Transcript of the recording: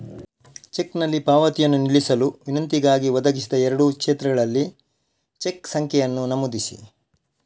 ಚೆಕ್ನಲ್ಲಿ ಪಾವತಿಯನ್ನು ನಿಲ್ಲಿಸಲು ವಿನಂತಿಗಾಗಿ, ಒದಗಿಸಿದ ಎರಡೂ ಕ್ಷೇತ್ರಗಳಲ್ಲಿ ಚೆಕ್ ಸಂಖ್ಯೆಯನ್ನು ನಮೂದಿಸಿ